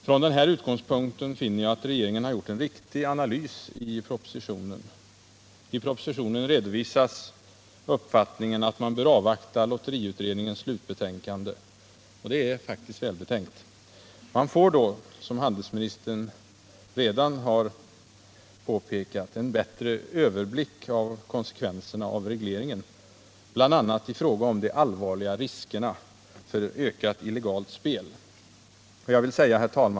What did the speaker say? Från den här utgångspunkten finner jag att regeringen har gjort en riktig analys i propositionen. I den redovisas uppfattningen att man bör avvakta lotteriutredningens slutbetänkande. Det är faktiskt välbetänkt. Man får då, som handelsministern har påpekat, en bättre överblick över konsekvenserna av regleringen, bl.a. i fråga om de allvarliga riskerna för ökat illegalt spel.